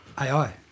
AI